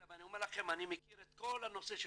אני מכיר את כל הנושא שלכם,